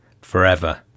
forever